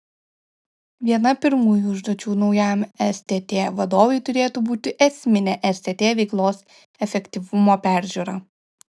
viena pirmųjų užduočių naujajam stt vadovui turėtų būti esminė stt veiklos efektyvumo peržiūra